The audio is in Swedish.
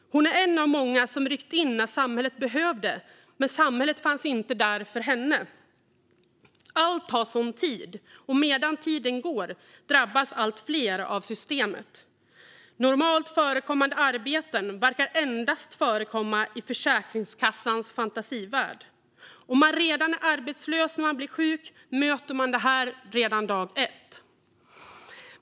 Hon är en av många som har ryckt in när samhället behövde dem, men samhället fanns inte där för henne. Allt tar sådan tid, och medan tiden går drabbas allt fler av systemet. "Normalt förekommande arbeten" verkar endast förekomma i Försäkringskassans fantasivärld. Om man redan är arbetslös när man blir sjuk möter man detta redan dag 1.